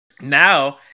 now